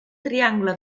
triangle